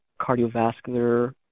cardiovascular